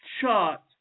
chart